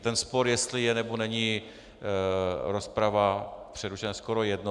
Ten spor, jestli je, nebo není rozprava přerušena, je skoro jedno.